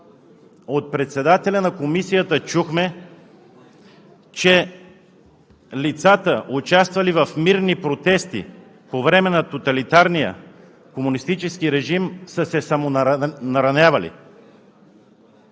от председателя на Комисията чухме, че лицата, участвали в мирни протести по време на тоталитарния комунистически режим, са се самонаранявали.